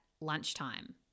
lunchtime